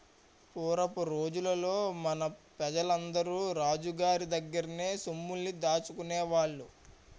పూరపు రోజుల్లో మన పెజలందరూ రాజు గోరి దగ్గర్నే సొమ్ముల్ని దాసుకునేవాళ్ళు